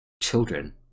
children